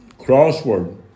crossword